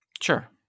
Sure